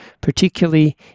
particularly